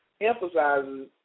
emphasizes